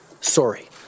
sorry